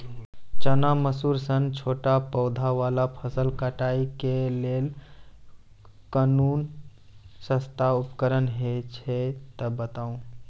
चना, मसूर सन छोट पौधा वाला फसल कटाई के लेल कूनू सस्ता उपकरण हे छै तऽ बताऊ?